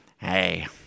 hey –